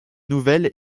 nouvelle